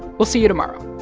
we'll see you tomorrow